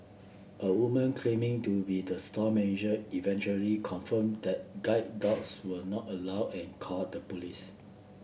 a woman claiming to be the store manager eventually confirmed that guide dogs were not allowed and called the police